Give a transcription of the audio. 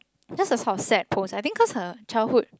just a sort of sad post I think because of her childhood